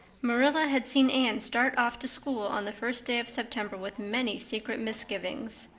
marilla had seen anne start off to school on the first day of september with many secret misgivings.